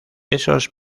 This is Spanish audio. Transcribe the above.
esos